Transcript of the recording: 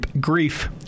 grief